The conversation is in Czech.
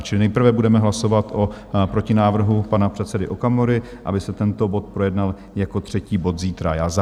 Čili nejprve budeme hlasovat o protinávrhu pana předsedy Okamury, aby se tento bod projednal jako třetí bod zítra.